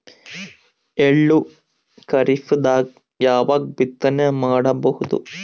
ಎಳ್ಳು ಖರೀಪದಾಗ ಯಾವಗ ಬಿತ್ತನೆ ಮಾಡಬಹುದು?